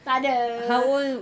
takde